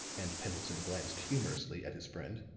and pendleton glanced humorously at his friend,